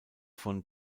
von